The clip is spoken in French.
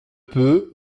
peu